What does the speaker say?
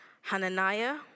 Hananiah